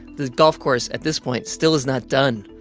the golf course, at this point, still is not done,